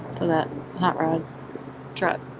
that hot red truck.